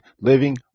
living